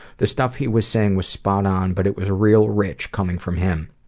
the stuff he was saying was spot on, but it was real rich coming from him.